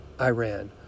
Iran